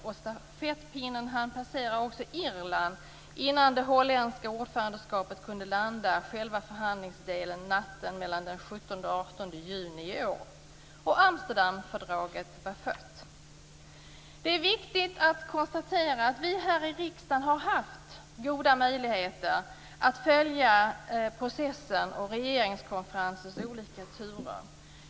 Stafettpinnen hann passera också Irland innan det holländska ordförandeskapet kunde landa själva förhandlingsdelen natten mellan den 17 Det är viktigt att konstatera att vi här i riksdagen har haft goda möjligheter att följa processen och regeringskonferensens olika turer.